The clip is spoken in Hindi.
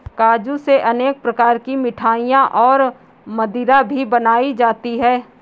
काजू से अनेक प्रकार की मिठाईयाँ और मदिरा भी बनाई जाती है